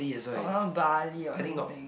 or some Bali or something